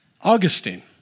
Augustine